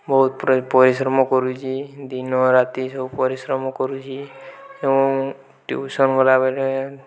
ବହୁତ ପରିଶ୍ରମ କରୁଛି ଦିନରାତି ସବୁ ପରିଶ୍ରମ କରୁଛି ଏବଂ ଟ୍ୟୁସନ୍ ଗଲାବେଳେ